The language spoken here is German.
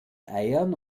eiern